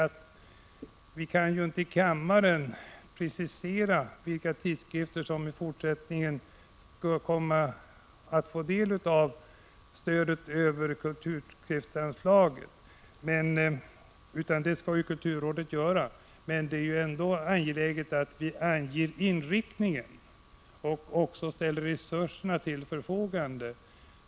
Vi kan inte i kammaren precisera vilka tidskrifter som i fortsättningen skall komma att få del av stödet över kulturtidskriftsanslaget — det skall kulturrådet göra — men det är ändå angeläget att vi anger inriktningen och också ställer resurser till förfogande.